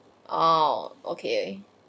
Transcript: oh okay